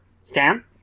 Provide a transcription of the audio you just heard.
Stan